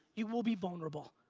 you will be vulnerable.